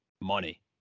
money